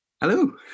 hello